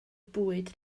bwyd